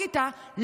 בכיתה,